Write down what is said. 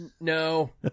No